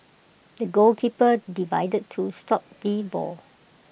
the goalkeeper divided to stop the ball